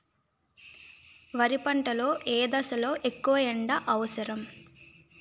వరి పంట లో ఏ దశ లొ ఎక్కువ ఎండా అవసరం?